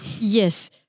Yes